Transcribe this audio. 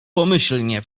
pomyślnie